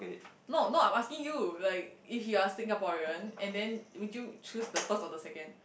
not not I'm asking you like if you are Singaporean and then would you choose the first or the second